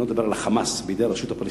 אני לא מדבר על ה"חמאס", בידי הרשות הפלסטינית,